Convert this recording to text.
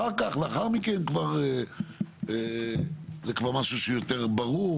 אחר כך, לאחר מכן, זה כבר משהו שהוא יותר ברור.